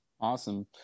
Awesome